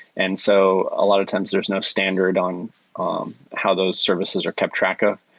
and so a lot of times, there is no standard on how those services are kept track of.